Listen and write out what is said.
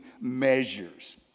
measures